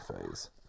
phase